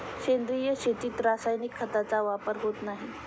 सेंद्रिय शेतीत रासायनिक खतांचा वापर होत नाही